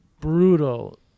brutal